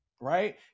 right